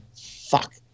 fuck